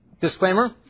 disclaimer